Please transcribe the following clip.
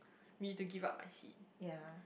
me to give up my seat